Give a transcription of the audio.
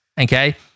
Okay